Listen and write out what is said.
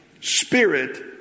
spirit